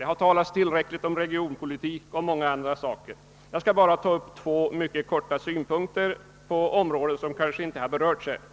Det har talats tillräckligt om regionpolitik och om många andra frågor. Jag skall bara helt kort anföra några synpunkter på två områden, som kanske inte berörts under debatten.